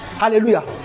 Hallelujah